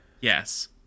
yes